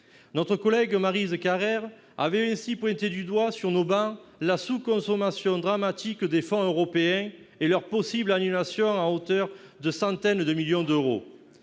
Notre collègue Maryse Carrère avait ainsi pointé du doigt sur nos travées la sous-consommation dramatique de fonds européens et leur possible annulation à hauteur de centaines de millions d'euros.